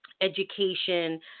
education